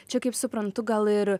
čia kaip suprantu gal ir